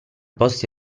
posti